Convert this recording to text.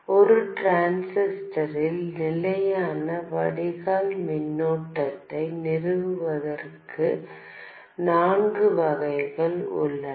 ஒரு டிரான்சிஸ்டரில் நிலையான வடிகால் மின்னோட்டத்தை நிறுவுவதற்கு நான்கு வகைகள் உள்ளன